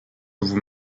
vous